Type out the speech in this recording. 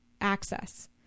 access